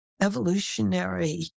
evolutionary